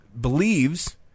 believes